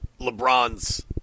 LeBron's